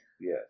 Yes